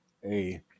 Hey